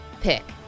pick